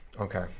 okay